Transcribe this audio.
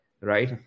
right